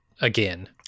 again